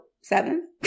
Seven